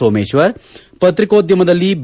ಸೋಮೇಶ್ವರ್ ಪತ್ರಿಕೋದ್ಯಮದಲ್ಲಿ ಬಿ